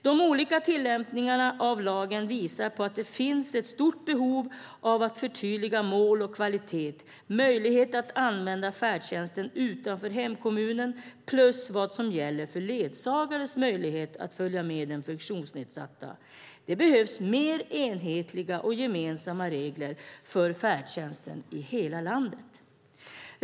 De olika tillämpningarna av lagen visar på att det finns ett stort behov av att förtydliga mål och kvalitet, möjlighet att använda färdtjänsten utanför hemkommunen och vad som gäller för ledsagares möjlighet att följa med den funktionsnedsatta. Det behövs mer enhetliga och gemensamma regler för färdtjänsten i hela landet.